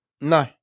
No